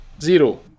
Zero